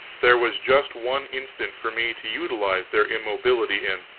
there was just one instant for me to utilize their immobility in,